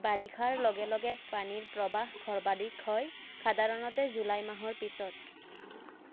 বাৰিষাৰ লগে লগে পানীৰ প্ৰৱাহ সৰ্বাধিক হয় সাধাৰণতে জুলাই মাহৰ পিছত